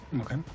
okay